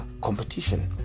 competition